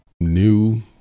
new